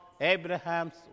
Abraham's